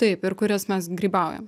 taip ir kurias mes grybaujam